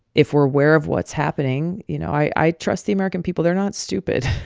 if we're aware of what's happening you know, i trust the american people. they're not stupid.